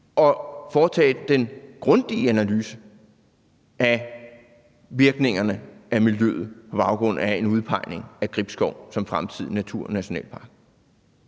og foretage den grundige analyse af virkningerne på miljøet på baggrund af en udpegning af Gribskov som fremtidig naturnationalpark.